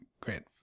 great